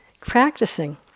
practicing